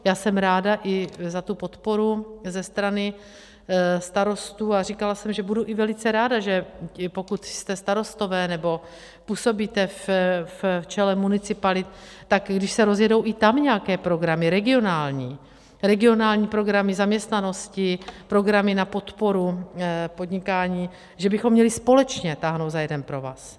Já jsem ráda i za tu podporu ze strany starostů, a říkala jsem, že budu i velice ráda, že pokud jste starostové nebo působíte v čele municipalit, tak když se rozjedou i tam nějaké programy regionální, regionální programy zaměstnanosti, programy na podporu podnikání, že bychom měli společně táhnout za jeden provaz.